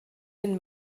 den